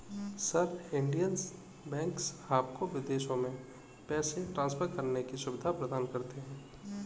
sir, Indian banks आपको विदेशों में पैसे ट्रान्सफर करने की सुविधा प्रदान करते हैं